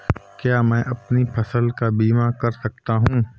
क्या मैं अपनी फसल का बीमा कर सकता हूँ?